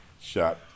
shot